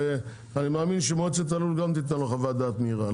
אני מאמין שמועצת הלול גם תיתן לו חוות דעת מהירה,